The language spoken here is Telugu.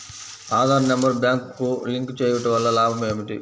ఆధార్ నెంబర్ బ్యాంక్నకు లింక్ చేయుటవల్ల లాభం ఏమిటి?